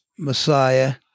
Messiah